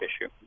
issue